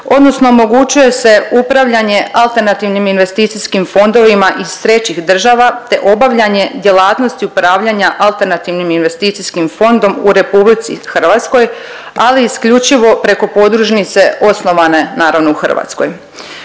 odnosno omogućuje se upravljanje alternativnim investicijskim fondovima iz trećih država te obavljanje djelatnosti upravljanja alternativnim investicijskim fondom u RH, ali isključivo preko podružnice osnovane naravno u Hrvatskoj.